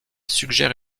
suggère